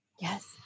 yes